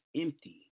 empty